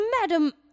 madam